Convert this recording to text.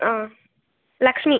ஆ Lakshmi